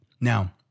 Now